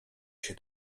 się